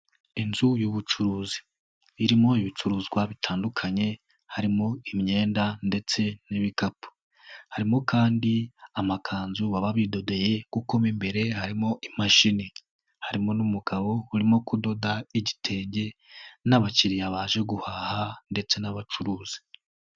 Inzu y'ubucuruzi irimo ibicuruzwa bitandukanye harimo imyenda ndetse n'ibikapu, harimo kandi amakanzu baba bidodeye gu kukoma imbere harimo imashini, harimo n'umugabo urimo kudoda igitenge n'abakiriya baje guhaha ndetse n'abacuruzi.